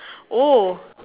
oh